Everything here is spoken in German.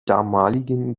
damaligen